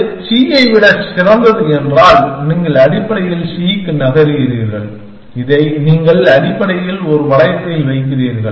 அது c ஐ விட சிறந்தது என்றால் நீங்கள் அடிப்படையில் c க்கு நகர்கிறீர்கள் இதை நீங்கள் அடிப்படையில் ஒரு வளையத்தில் வைக்கிறீர்கள்